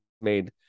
made